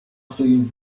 sie